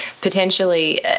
potentially